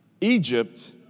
Egypt